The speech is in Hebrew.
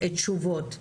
תשובות.